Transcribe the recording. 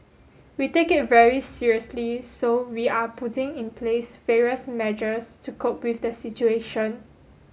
we take it very seriously so we are putting in place various measures to cope with the situation